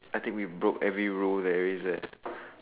I think we broke every rule there is eh